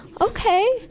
okay